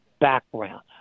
background